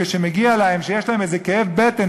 כשיש להם איזה כאב בטן,